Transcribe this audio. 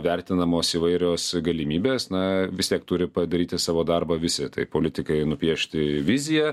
vertinamos įvairios galimybės na vis tiek turi padaryti savo darbą visi tai politikai nupiešti viziją